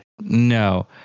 No